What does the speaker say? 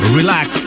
relax